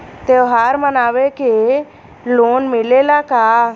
त्योहार मनावे के लोन मिलेला का?